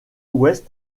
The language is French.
ouest